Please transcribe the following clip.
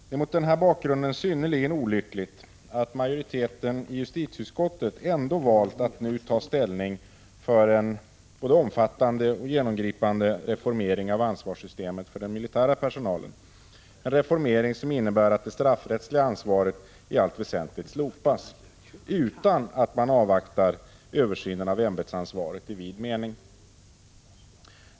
Det är mot denna bakgrund synnerligen olyckligt att majoriteten i justitieutskottet ändå valt att nu ta ställning för en både omfattande och genomgripande reformering av ansvarssystemet för den militära personalen, som innebär att det straffrättsliga ansvaret i allt väsentligt slopas utan att man avvaktar översynen av ämbetsansvaret i vid mening.